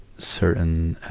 certain,